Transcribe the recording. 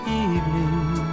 evening